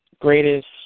greatest